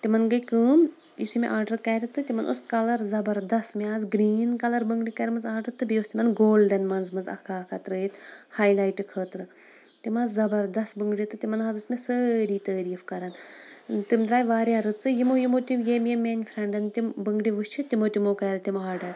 تِمَن گٔیے کٲم یُتھُے مےٚ آرڈر کَرِ تہٕ تِمَن اوس کَلَر زَبَردَست مےٚ آسہٕ گِرٛیٖن کَلَر بٔنٛگرِ کَرِ مَژٕ آرڈر تہٕ بیٚیہِ تِمَن گولڈَن منٛزٕ منٛزٕ اَکھا اَکھا ترٛٲیِتھ ہایلایٹہِ خٲطرٕ تِم آسہٕ زَبَردَست بٔنٛگرِ تہٕ تِمَن حظ ٲسۍ مےٚ سٲری تعٲریٖف کَران تِم درٛاے واریاہ رٕژٕے یِمو یِمو تِم ییٚمۍ ییٚمۍ میٛانہِ فرٛنٛڈَن تِم بٔنٛگرِ وٕچھِ تِمو تِمو کَرِ تِم آرڈر